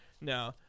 No